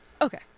Okay